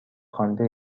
خوانده